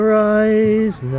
rise